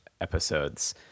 episodes